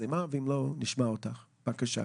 שירה גורלי או נורית מירון.